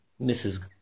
Mrs